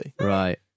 Right